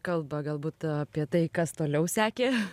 kalbą galbūt apie tai kas toliau sekė